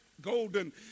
golden